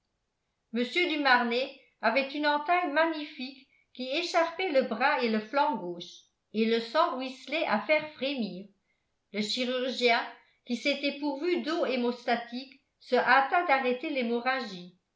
mr du marnet avait une entaille magnifique qui écharpait le bras et le flanc gauches et le sang ruisselait à faire frémir le chirurgien qui s'était pourvu d'eau hémostatique se hâta d'arrêter l'hémorragie